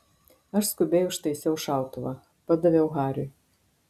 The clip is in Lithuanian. aš skubiai užtaisiau šautuvą padaviau hariui